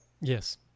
Yes